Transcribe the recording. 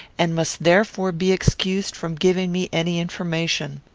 and must therefore be excused from giving me any information.